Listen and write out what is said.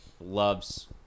loves